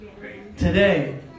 today